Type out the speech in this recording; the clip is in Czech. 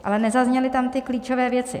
Ale nezazněly tam ty klíčové věci.